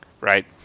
right